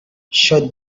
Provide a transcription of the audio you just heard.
should